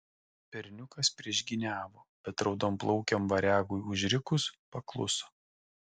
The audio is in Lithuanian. berniukas priešgyniavo bet raudonplaukiam variagui užrikus pakluso